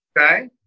okay